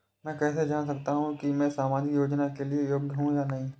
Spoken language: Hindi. मैं कैसे जान सकता हूँ कि मैं सामाजिक योजना के लिए योग्य हूँ या नहीं?